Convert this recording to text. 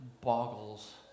boggles